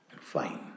fine